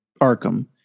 Arkham